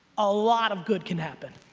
a lot of good can happen.